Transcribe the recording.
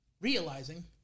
realizing